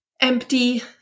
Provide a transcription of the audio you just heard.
empty